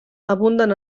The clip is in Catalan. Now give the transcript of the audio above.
abunden